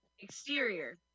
Exterior